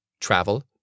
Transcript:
Travel